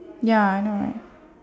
ya I know right